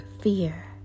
fear